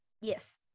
Yes